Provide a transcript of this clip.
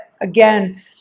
again